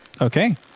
Okay